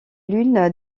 l’une